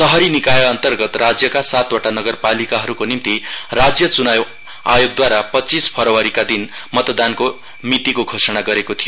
शहरी निकाय अन्तर्गत राज्यका सातवटा नगरपालिकाहरूको निम्ति राज्य चुनाउ आयोगद्वारा पच्चीस फरवरीका दिन मतदानको मितिको घोषणा गरिएको थियो